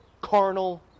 carnal